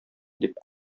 дип